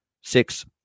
six